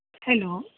hello